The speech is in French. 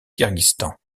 kirghizistan